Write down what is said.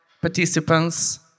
participants